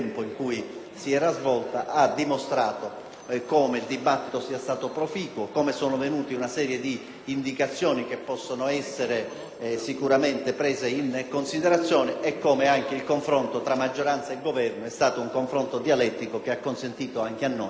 come il dibattito sia stato proficuo, come siano emerse una serie di indicazioni che possono essere sicuramente prese in considerazione e come anche il confronto tra maggioranza e Governo sia stato dialettico, consentendo anche a noi di apportare modifiche al provvedimento.